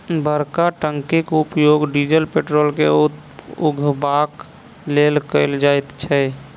बड़का टंकीक उपयोग डीजल पेट्रोल के उघबाक लेल कयल जाइत छै